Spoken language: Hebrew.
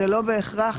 כן.